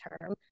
term